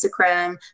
Instagram